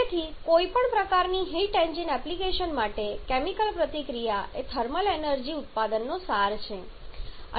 તેથી કોઈપણ પ્રકારની હીટ એન્જિન એપ્લિકેશન્સ માટે કેમિકલ પ્રતિક્રિયા એ થર્મલ એનર્જી ઉત્પાદનનો સાર છે